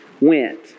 went